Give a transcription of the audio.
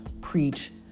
preach